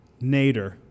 Nader